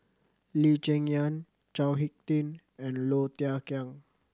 Lee Cheng Yan Chao Hick Tin and Low Thia Khiang